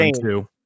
two